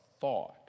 thought